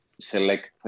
select